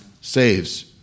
saves